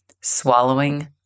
swallowing